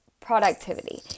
productivity